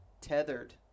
Tethered